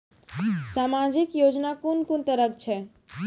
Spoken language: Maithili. समाजिक योजना कून कून तरहक छै?